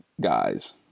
guys